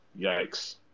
Yikes